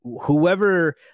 whoever